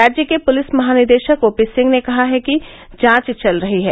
राज्य के पुलिस महानिदशक ओपीसिंह ने कहा है कि जांच चल रही है